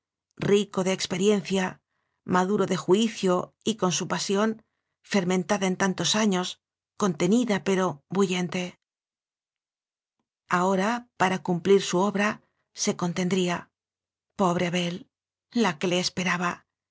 rico de experiencia maduro de juicio y con su pasión fermentada en tantos años contenida pero búhente ahora para cumplir su obra se conten dría pobre abel la que le esperaba